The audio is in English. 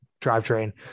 drivetrain